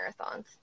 marathons